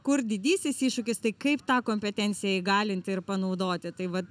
kur didysis iššūkis tai kaip tą kompetenciją įgalinti ir panaudoti tai va